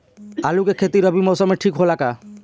आलू के खेती रबी मौसम में ठीक होला का?